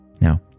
Now